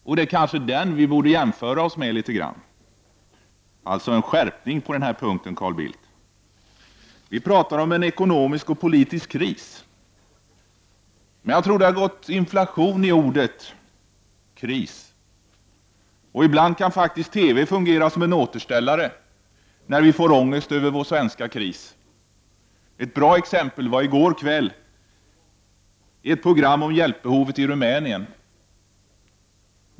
Och det är kanske den vi borde jämföra oss med litet mer. En skärpning på den punkten, Carl Bildt! Vi pratar om en ekonomisk och politisk kris, men jag tror att det har gått inflation i ordet kris. Ibland kan faktiskt TV fungera som en återställare, när vi får ångest över vår svenska kris. Ett bra exempel var ett program i går kväll om hjälpbehovet i Rumänien.